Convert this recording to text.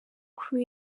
crew